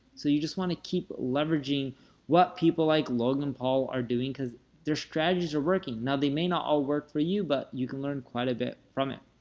so you just want to keep leveraging what people like logan paul are doing because their strategies are working. now, they may not all work for you, but you can learn quite a bit from it.